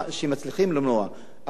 אבל יש כאן טירוף,